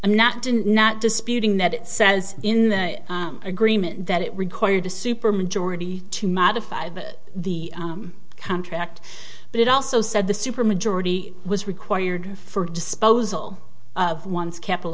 didn't not disputing that it says in the agreement that it required a supermajority to modify that the contract but it also said the supermajority was required for disposal of one's capital